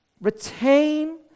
retain